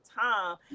time